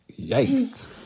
yikes